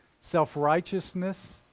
self-righteousness